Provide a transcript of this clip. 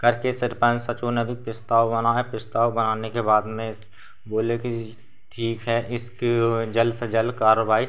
करके sarpanch S H O ने भी प्रस्ताव बना है प्रस्ताव बनाने के बाद में बोले कि ठीक है इसकी जल्द से जल्द कार्यवाही